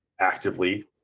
actively